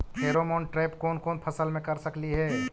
Pheromone trap कोन कोन फसल मे कर सकली हे?